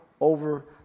over